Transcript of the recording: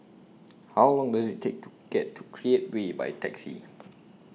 How Long Does IT Take to get to Create Way By Taxi